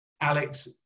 Alex